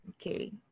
Okay